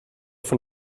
von